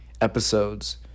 episodes